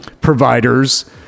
providers